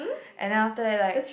and then after that like